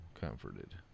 comforted